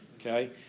okay